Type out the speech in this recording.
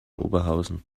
oberhausen